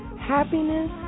happiness